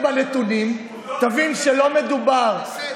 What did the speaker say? הורוביץ,